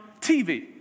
TV